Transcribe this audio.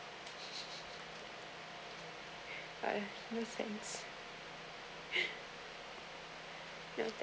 uh no sense no